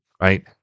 Right